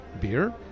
beer